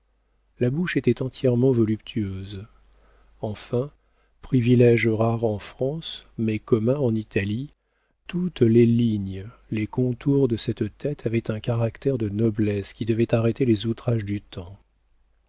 la bouche était entièrement voluptueuse enfin privilége rare en france mais commun en italie toutes les lignes les contours de cette tête avaient un caractère de noblesse qui devait arrêter les outrages du temps